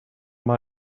mae